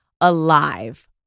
alive